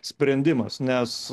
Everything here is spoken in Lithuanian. sprendimas nes